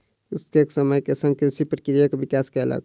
कृषक समय के संग कृषि प्रक्रिया के विकास कयलक